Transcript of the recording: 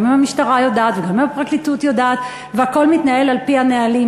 גם אם המשטרה יודעת וגם אם הפרקליטות יודעת והכול מתנהל על-פי הנהלים.